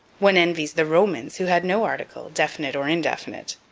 one envies the romans, who had no article, definite or indefinite.